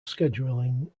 scheduling